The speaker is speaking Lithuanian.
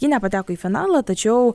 ji nepateko į finalą tačiau